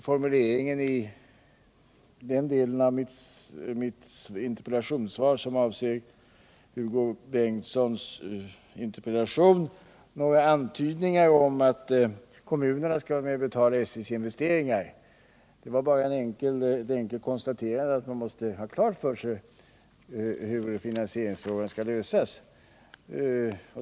Formuleringen i den del av mitt svar som avsåg Hugo Bengtssons interpellation innebar inte någon antydan om att kommunerna skulle vara med om att betala SJ:s investeringar. Det var bara ett enkelt konstaterande att man måste ha klart för sig hur finansieringsfrågan skall lösas.